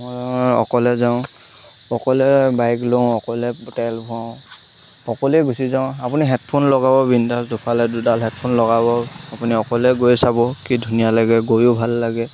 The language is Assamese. মই অকলে যাওঁ অকলে বাইক লওঁ অকলে তেল ভৰাওঁ অকলে গুচি যাওঁ আপুনি হেডফোন লগাব বিন্দাছ দুফালে দুডাল হেডফোন লগাব আপুনি অকলে গৈ চাব কি ধুনীয়া লাগে গৈয়ো ভাল লাগে